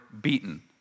beaten